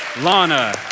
Lana